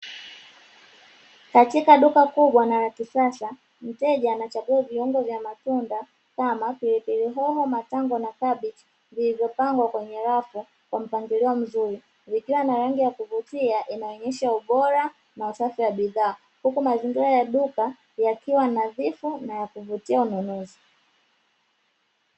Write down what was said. Katika duka kubwa na la kisasa mteja anachagua viungo vya matunda kama: pilipili hoho, matango na kabichi vilivyopangwa kwenye rafu kwa mpangilio mzuri, vikiwa na rangi ya kuvutia inayoonyesha ubora na usafi wa bidhaa; huku mazingira ya duka yakiwa nadhifu na kuvutia ununuzi.